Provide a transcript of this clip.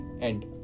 end